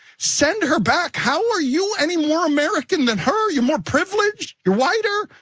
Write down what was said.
send her back. how are you any more american than her? you're more privileged, you're whiter,